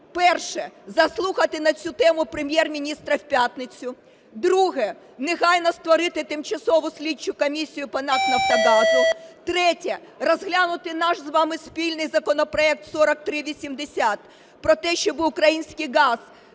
Перше – заслухати на цю тему Прем'єр-міністра в п'ятницю. Друге – негайно створити тимчасову слідчу комісію по НАК "Нафтогазу". Третє – розглянути наш з вами спільний законопроект 4380 про те, щоби український газ